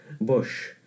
bush